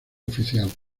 oficial